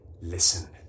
Listen